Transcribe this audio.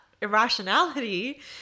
irrationality